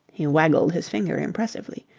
he waggled his finger impressively.